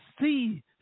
see